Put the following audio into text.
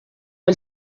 del